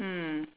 mm